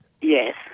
Yes